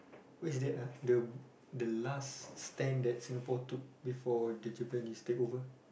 who is that ah the the last stand that Singapore took before the Japanese took over